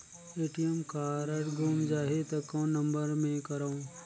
ATM card गुम जाही त कौन नम्बर मे करव?